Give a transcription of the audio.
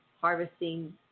harvesting